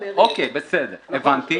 הבנתי.